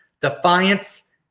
Defiance